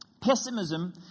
Pessimism